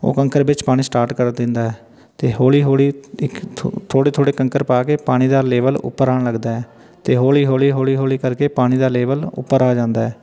ਉਹ ਕੰਕਰ ਵਿੱਚ ਪਾਉਣੇ ਸਟਾਰਟ ਕਰ ਦਿੰਦਾ ਹੈ ਅਤੇ ਹੌਲੀ ਹੌਲੀ ਇਕ ਥੋ ਥੋੜ੍ਹੇ ਥੋੜ੍ਹੇ ਕੰਕਰ ਪਾ ਕੇ ਪਾਣੀ ਦਾ ਲੇਵਲ ਉੱਪਰ ਆਉਣ ਲੱਗਦਾ ਹੈ ਤੇ ਹੌਲੀ ਹੌਲੀ ਹੌਲੀ ਹੌਲੀ ਕਰਕੇ ਪਾਣੀ ਦਾ ਲੇਵਲ ਉੱਪਰ ਆ ਜਾਂਦਾ ਹੈ